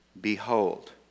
Behold